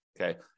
Okay